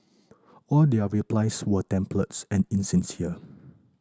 all their replies were templates and insincere